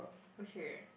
okay